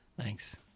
Thanks